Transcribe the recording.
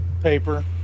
paper